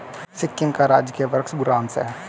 सिक्किम का राजकीय वृक्ष बुरांश है